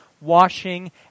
washing